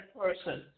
person